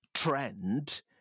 Trend